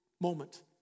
moment